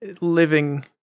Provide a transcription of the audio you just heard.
living